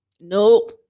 Nope